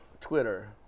Twitter